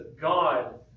God